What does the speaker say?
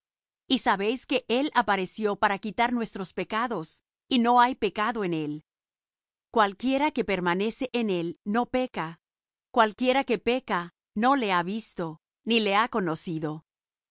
y sabéis que él apareció para quitar nuestros pecados y no hay pecado en él cualquiera que permanece en él no peca cualquiera que peca no le ha visto ni le ha conocido